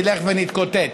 נלך ונתקוטט.